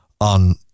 on